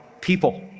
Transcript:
people